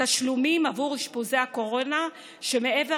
בתשלומים בעבור אשפוזי הקורונה שמעבר